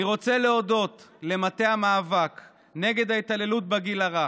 אני רוצה להודות למטה המאבק בהתעללות בגיל הרך,